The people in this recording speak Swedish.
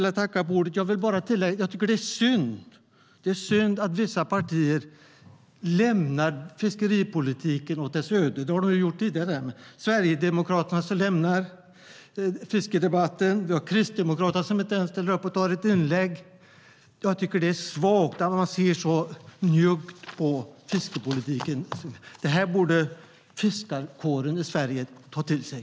Jag tycker att det är synd att vissa partier lämnar fiskeripolitiken åt dess öde. Sverigedemokraterna har lämnat fiskedebatten, och Kristdemokraterna har inte ens begärt ordet i den här debatten. Jag tycker att det är svagt att man ser så njuggt på fiskepolitiken. Detta borde fiskarkåren i Sverige ta till sig.